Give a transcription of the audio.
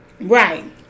Right